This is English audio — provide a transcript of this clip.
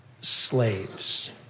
slaves